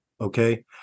Okay